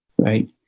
right